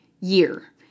year